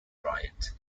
riot